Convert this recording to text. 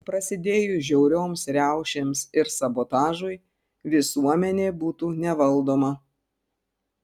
prasidėjus žiaurioms riaušėms ir sabotažui visuomenė būtų nevaldoma